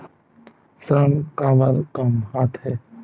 ऋण काबर कम आथे?